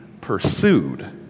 pursued